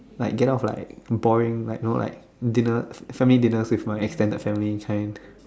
like get off like boring like you know like dinner family dinners with my extended family kind